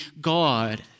God